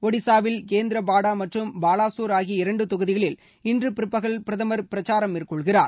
ஒடிசாவில் கேந்திர பாடா மற்றும் பாலா சோர் ஆகிய இரண்டு தொகுதிகளில் இன்று பிற்பகல் பிரதமர் பிரச்சாரம் மேற்கொள்கிறார்